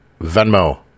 Venmo